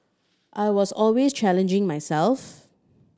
I was always challenging myself